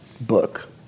book